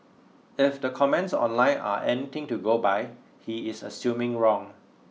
if the comments online are anything to go by he is assuming wrong